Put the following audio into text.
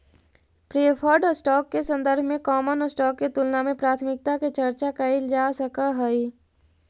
preferred stock के संदर्भ में कॉमन स्टॉक के तुलना में प्राथमिकता के चर्चा कैइल जा सकऽ हई